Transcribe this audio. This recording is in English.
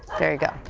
there you go.